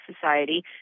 Society